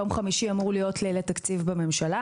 ביום חמישי אמור להיות ליל התקציב בממשלה.